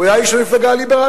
הוא היה איש המפלגה הליברלית.